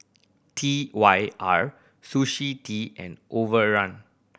T Y R Sushi Tei and Overrun